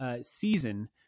season